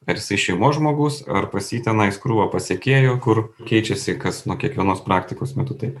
ar jisai šeimos žmogus ar pas jį tenais krūva pasekėjų kur keičiasi kas nu kiekvienos praktikos metu taip